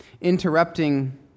interrupting